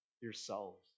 yourselves